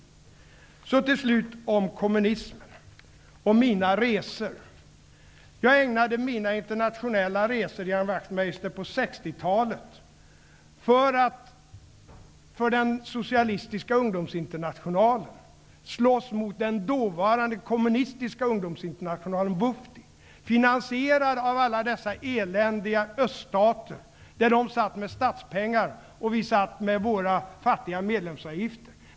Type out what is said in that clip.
Till sist vill jag ta upp detta med kommunismen och mina resor. På 60-talet gjorde jag mina internationella resor, Ian Wachtmeister, för att på den socialistiska ungdomsinternationalens vägnar slåss mot den dåvarande kommunistiska ungdomsinternationalen, WFDY, som var finansierad av alla dessa eländiga öststater. WFDY satt med statspengar, medan vi satt med våra futtiga medlemsavgifter.